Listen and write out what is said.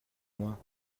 moi